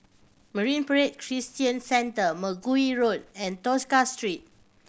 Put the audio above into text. Marine Parade Christian Centre Mergui Road and Tosca Street